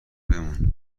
بمون